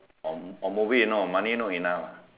or m~ or movie you know money not enough